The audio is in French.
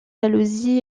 jalousies